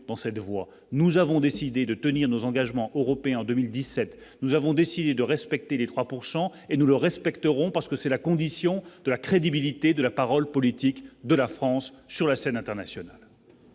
dans cette voie, nous avons décidé de tenir nos engagements européens en 2017, nous avons décidé de respecter les 3 pourcent et et nous le respecterons parce que c'est la condition de la crédibilité de la parole politique de la France sur la scène internationale.